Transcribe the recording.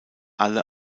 alle